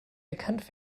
erkannt